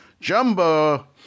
Jumbo